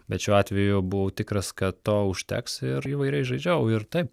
bet šiuo atveju buvau tikras kad to užteks ir įvairiais žaidžiau ir taip